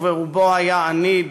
וברובו היה עני,